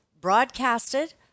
broadcasted